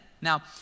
Now